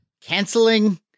canceling